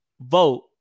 vote